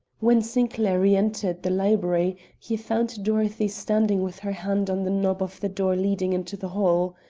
when sinclair reentered the library, he found dorothy standing with her hand on the knob of the door leading into the hall.